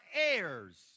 heirs